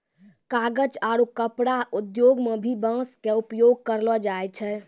कागज आरो कपड़ा उद्योग मं भी बांस के उपयोग करलो जाय छै